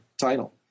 title